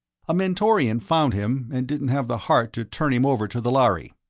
a mentorian found him and didn't have the heart to turn him over to the lhari.